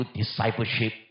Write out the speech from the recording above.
discipleship